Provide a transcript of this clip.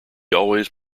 always